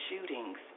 shootings